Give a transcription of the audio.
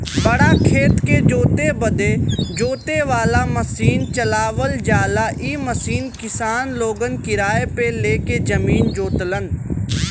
बड़ा खेत के जोते बदे जोते वाला मसीन चलावल जाला इ मसीन किसान लोगन किराए पे ले के जमीन जोतलन